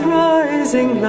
rising